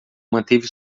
manteve